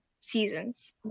seasons